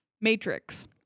Matrix